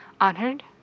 honored